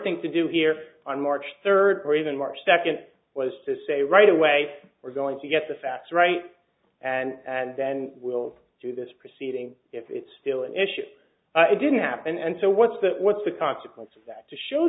thing to do here on march third or even march second was to say right away we're going to get the facts right and then we'll do this proceeding if it's still an issue it didn't happen and so what's that what's the consequence of that to show